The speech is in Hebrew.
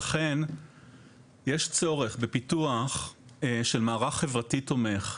לכן יש צורך בפיתוח של מערך חברתי תומך,